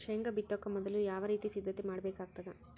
ಶೇಂಗಾ ಬಿತ್ತೊಕ ಮೊದಲು ಯಾವ ರೀತಿ ಸಿದ್ಧತೆ ಮಾಡ್ಬೇಕಾಗತದ?